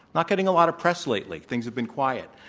not getting a lot of press lately, things have been quiet,